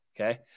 Okay